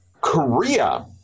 Korea